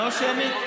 לא שמית?